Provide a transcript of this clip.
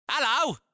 Hello